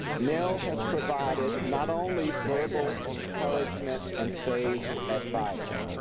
nell has provided not only verbal encouragement and sage advice,